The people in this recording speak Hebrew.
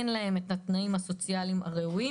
אין להם את התנאים הסוציאליים הראויים